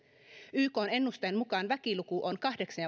ykn ennusteen mukaan väkiluku on kahdeksan